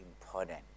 important